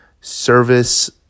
service